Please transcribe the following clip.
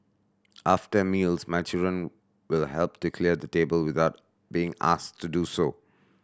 after meals my children will help to clear the table without being asked to do so